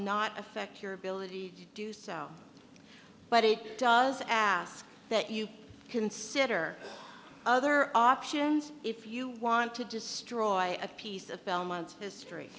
not affect your ability to do so but it does ask that you consider other options if you want to destroy a piece of film once history